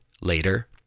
later